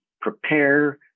prepare